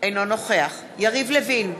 אינו נוכח יריב לוין,